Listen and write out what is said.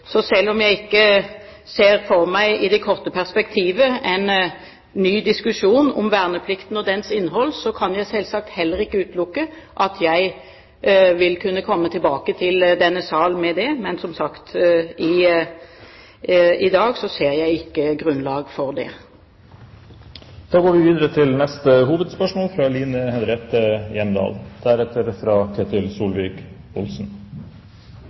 Selv om jeg i det korte perspektivet ikke ser for meg en ny diskusjon om verneplikten og dens innhold, kan jeg selvsagt heller ikke utelukke at jeg vil kunne komme tilbake til denne sal med det, men som sagt ser jeg i dag ikke grunnlag for det. Vi går videre til neste hovedspørsmål.